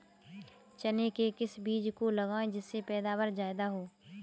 चने के किस बीज को लगाएँ जिससे पैदावार ज्यादा हो?